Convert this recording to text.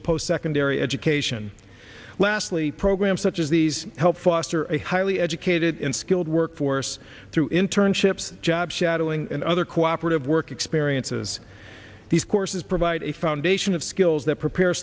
a post secondary education lastly programs such as these help foster a highly educated in skilled workforce through internships job shadowing and other cooperative work experiences these courses provide a foundation of skills that prepare